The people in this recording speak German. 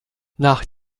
nach